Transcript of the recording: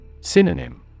Synonym